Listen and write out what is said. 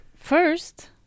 first